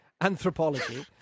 anthropology